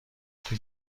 توی